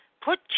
Put